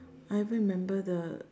I even remember the